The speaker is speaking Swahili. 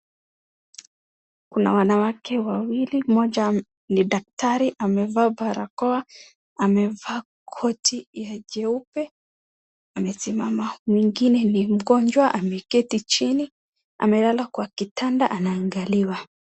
Kuna wanawake wawili, mmoja ni daktari amevaa barakoa, amevaa koti ya jeupe, amesimama. Mwingine ni mgonjwa ameketi chini, amelala kwa kitanda, anaangaliwa.